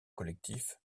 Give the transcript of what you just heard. collectif